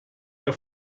der